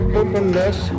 openness